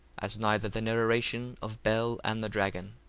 as neither the narration of bel and the dragon.